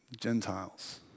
Gentiles